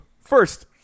first